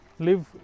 Live